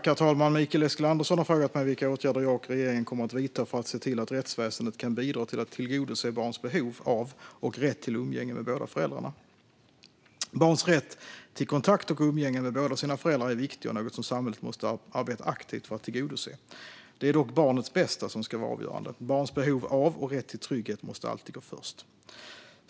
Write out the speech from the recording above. Herr talman! Mikael Eskilandersson har frågat mig vilka åtgärder jag och regeringen kommer att vidta för att se till att rättsväsendet kan bidra till att tillgodose barns behov av och rätt till umgänge med båda föräldrarna. Barns rätt till kontakt och umgänge med båda sina föräldrar är viktig och något som samhället måste arbeta aktivt för att tillgodose. Det är dock barnets bästa som ska vara avgörande. Barns behov av och rätt till trygghet måste alltid gå först.